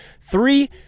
three